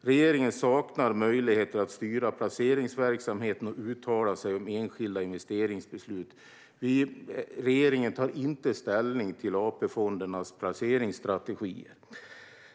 Regeringen saknar möjligheter att styra placeringsverksamheten och uttala sig om enskilda investeringsbeslut. Regeringen tar inte ställning till AP-fondernas placeringsstrategier.